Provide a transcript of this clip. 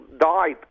died